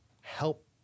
help